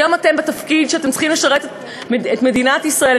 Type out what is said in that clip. היום אתם בתפקיד שאתם צריכים לשרת את מדינת ישראל,